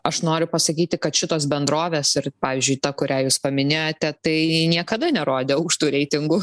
aš noriu pasakyti kad šitos bendrovės ir pavyzdžiui ta kurią jūs paminėjote tai niekada nerodė aukštų reitingų